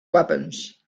weapons